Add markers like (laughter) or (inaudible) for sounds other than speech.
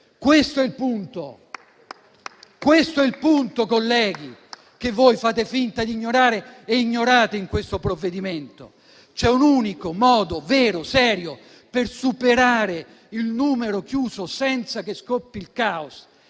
Questo è il punto, colleghi, che voi fate finta di ignorare in questo provvedimento. (applause) C'è un unico modo - vero, serio - per superare il numero chiuso senza che scoppi il caos